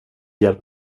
hjälp